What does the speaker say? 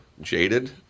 jaded